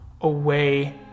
away